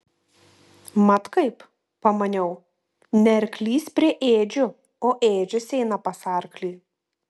mat kaip pamaniau ne arklys prie ėdžių o ėdžios eina pas arklį